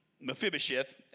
Mephibosheth